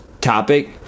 topic